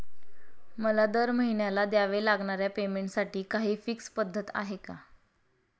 मला दरमहिन्याला द्यावे लागणाऱ्या पेमेंटसाठी काही फिक्स पद्धत आहे का?